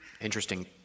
Interesting